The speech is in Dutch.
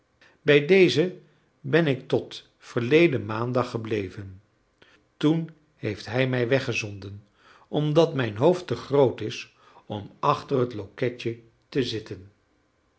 bij dezen ben ik tot verleden maandag gebleven toen heeft hij mij weggezonden omdat mijn hoofd te groot is om achter het loketje te zitten